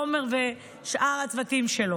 עומר ושאר הצוותים שלו.